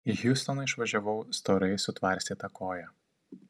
į hjustoną išvažiavau storai sutvarstyta koja